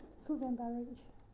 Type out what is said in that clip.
food and beverage